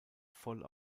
voll